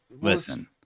listen